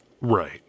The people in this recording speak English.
Right